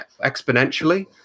exponentially